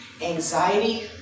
anxiety